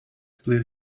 please